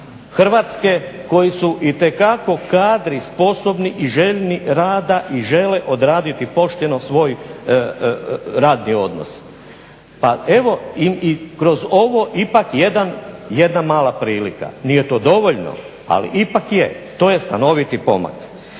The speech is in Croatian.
Hrvatske koji su itekako kadri, sposobni i željni rada i žele odraditi pošteno svoj radni odnos. Pa evo i kroz ovo ipak jedna prilika, nije to dovoljno ali ipak je, to je stanoviti pomak.